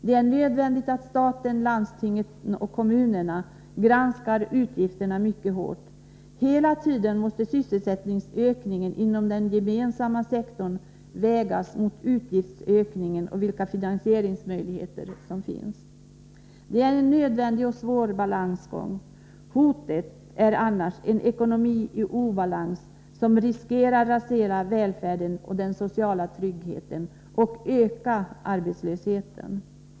Det är nödvändigt att staten, landstingen och kommunerna granskar utgifterna mycket hårt. Hela tiden måste sysselsättningsökningen inom den gemensamma sektorn vägas mot utgiftsökningen och de finansieringsmöjligheter som finns. Det är en nödvändig och svår balansgång. Hotet är en ekonomi i obalans, som riskerar att rasera välfärden och den sociala tryggheten och att öka arbetslösheten.